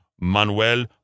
Manuel